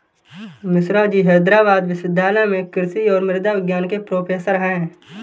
मिश्राजी हैदराबाद विश्वविद्यालय में कृषि और मृदा विज्ञान के प्रोफेसर हैं